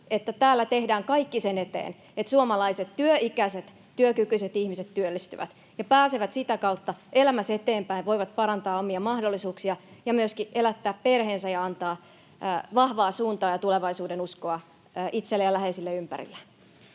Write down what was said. että täällä tehdään kaikki sen eteen, että suomalaiset työikäiset, työkykyiset ihmiset työllistyvät ja pääsevät sitä kautta elämässä eteenpäin, voivat parantaa omia mahdollisuuksiaan ja myöskin elättää perheensä ja antaa vahvaa suuntaa ja tulevaisuudenuskoa itselle ja läheisille ympärillään.